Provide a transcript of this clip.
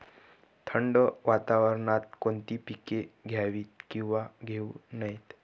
थंड वातावरणात कोणती पिके घ्यावीत? किंवा घेऊ नयेत?